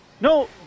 no